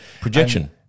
projection